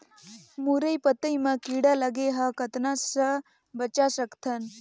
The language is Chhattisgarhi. मुरई पतई म कीड़ा लगे ह कतना स बचा सकथन?